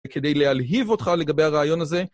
וכדי להלהיב אותך לגבי הרעיון הזה.